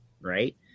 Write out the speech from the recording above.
right